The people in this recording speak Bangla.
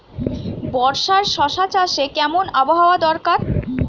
বর্ষার শশা চাষে কেমন আবহাওয়া দরকার?